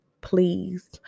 please